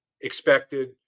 expected